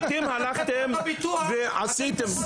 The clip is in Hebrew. אתם הלכתם ועשיתם.